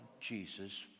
Jesus